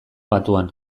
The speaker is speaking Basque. batuan